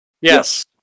Yes